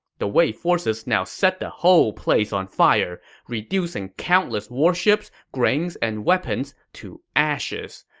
the wei forces now set the whole place on fire, reducing countless warships, grains, and weapons to ashes.